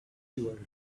your